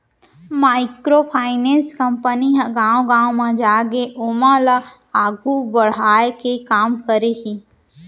micro finance company ह गाँव गाँव म जाके ओमन ल आघू बड़हाय के काम करे हे